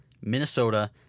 Minnesota